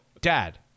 Dad